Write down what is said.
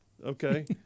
Okay